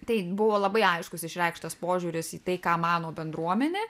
tai buvo labai aiškus išreikštas požiūris į tai ką mano bendruomenė